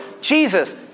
Jesus